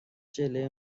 جلوی